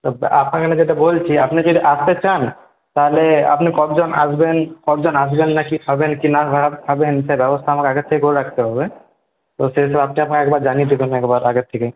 আপনাকে আমি যেটা বলছি আপনি যে আসতে চান তাহলে আপনি কতজন আসবেন কতজন আসবেন না কী খাবেন কী না খাবেন সে ব্যবস্থা আমাকে আগের থেকে করে রাখতে হবে তো সে তো আপনি একবার জানিয়ে দেবেন একবার আগের থেকে